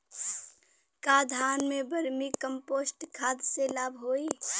का धान में वर्मी कंपोस्ट खाद से लाभ होई?